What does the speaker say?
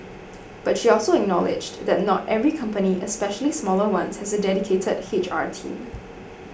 but she also acknowledged that not every company especially smaller ones has a dedicated H R team